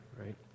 right